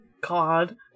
god